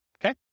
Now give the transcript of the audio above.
okay